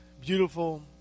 beautiful